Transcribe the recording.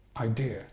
idea